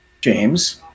James